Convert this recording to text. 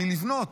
מלבנות